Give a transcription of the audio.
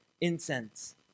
incense